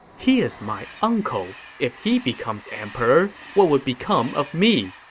he is my uncle. if he becomes emperor, what would become of me?